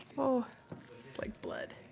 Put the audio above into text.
oh it's like blood.